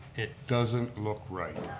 it doesn't look right.